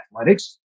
Athletics